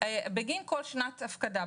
בגין כל שנת הפקדה.